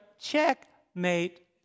Checkmate